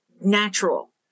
natural